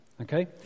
Okay